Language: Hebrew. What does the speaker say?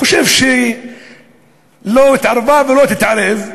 אני חושב שלא התערבה ולא תתערב.